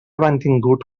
mantingut